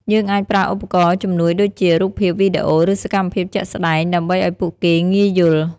យើងអាចប្រើឧបករណ៍ជំនួយដូចជា រូបភាព វីដេអូ ឬសកម្មភាពជាក់ស្តែងដើម្បីឱ្យពួកគេងាយយល់។